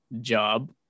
job